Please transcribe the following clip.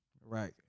Right